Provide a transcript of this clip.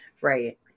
Right